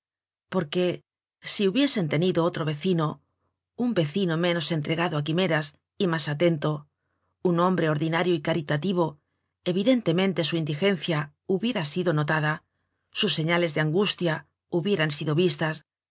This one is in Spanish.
porque si hubiesen tenido otro vecino un vecino menos entregado á quimeras y mas atento un hombre ordinario y caritativo evidentemente su indigencia hubiera sido notada sus señales de angustia hubieran sido vistas